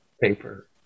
paper